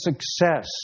success